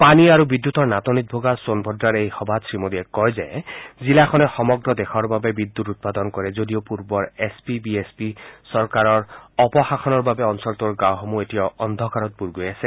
পানী আৰু বিদ্যুতৰ নাটনিত ভোগা সোণভদ্ৰাৰ এই সভাত শ্ৰীমোডীয়ে কয় যে জিলাখনে সমগ্ৰ দেশৰ বাবে বিদ্যুত উৎপাদন কৰে যদিও পূৰ্বৰ S P B S P চৰকাৰৰ অপশাসনৰ বাবে অঞ্চলটোৰ গাঁওসমূহ এতিয়াও অন্ধকাৰত বুৰ গৈ আছে